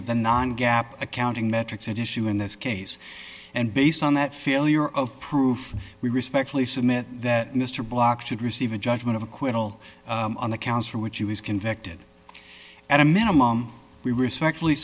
of the nine gap accounting metrics issue in this case and based on that failure of proof we respectfully submit that mr bloch should receive a judgment of acquittal on the counts for which he was convicted at a minimum we respectfully